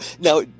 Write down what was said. now